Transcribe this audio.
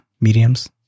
Mediums